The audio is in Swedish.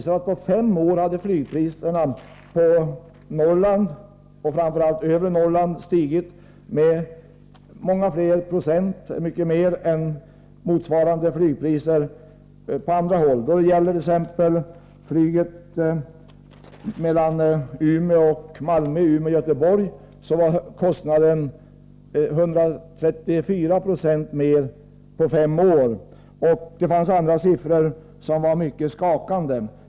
Utredningen visade för Norrlands del, framför allt beträffande övre Norrland, att flygpriserna på fem år hade stigit mycket mer än andra flygpriser. Flygpriset för sträckan Malmö-Umeå-Göteborg hade stigit med 134 20 på fem år, och det fanns också andra siffror som var mycket skakande.